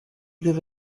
give